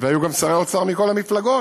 והיו גם שרי אוצר מכל המפלגות,